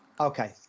Okay